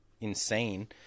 Insane